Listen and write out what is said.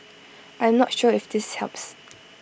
I am not sure if this helps